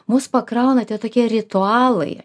mus pakrauna tie tokie ritualai